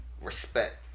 respect